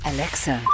Alexa